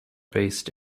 based